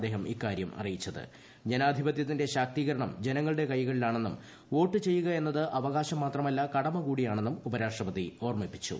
അദ്ദേഹം ഇക്കാര്യം ജനാധിപത്യത്തിന്റെ ശാക്തീകരണം ജനങ്ങളുടെ കൈകളിലാണെന്നും വോട്ട് ചെയ്യുക എന്നത് അവകാശം മാത്രമല്ല കടമ കൂടിയാണെന്നും ഉപരാഷ്ട്രപതി ഓർമ്മിപ്പിച്ചു